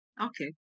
Okay